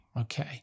Okay